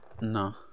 No